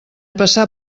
passar